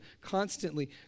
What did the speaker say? constantly